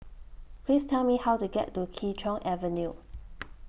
Please Tell Me How to get to Kee Choe Avenue